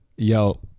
Yo